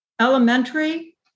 elementary